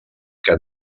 que